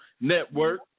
Network